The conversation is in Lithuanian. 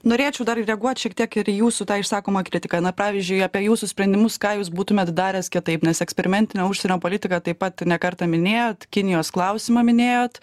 norėčiau dar reaguot šiek tiek ir į jūsų tą išsakomą kritiką na pavyzdžiui apie jūsų sprendimus ką jūs būtumėt daręs kitaip nes eksperimentinę užsienio politiką taip pat ne kartą minėjot kinijos klausimą minėjot